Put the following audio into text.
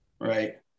Right